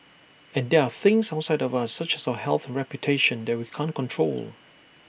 and there are things outside of us such as our health reputation that we can't control